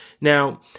Now